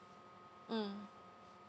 mm